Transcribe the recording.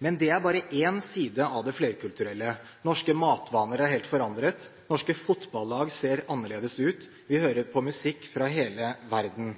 Men det er bare én side av det flerkulturelle. Norske matvaner er helt forandret, norske fotballag ser annerledes ut, og vi hører på musikk fra hele verden.